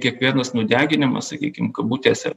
kiekvienas nudeginimas sakykim kabutėse